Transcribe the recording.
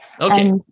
Okay